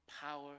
power